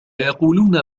يقولون